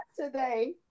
today